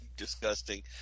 disgusting